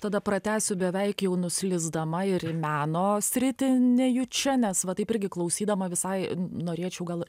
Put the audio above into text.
tada pratęsiu beveik jau nuslysdama ir į meno sritį nejučia nes va taip irgi klausydama visai norėčiau gal